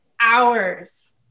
hours